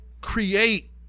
create